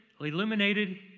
illuminated